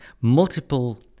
Multiple